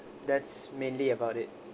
that's mainly about it